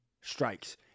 strikes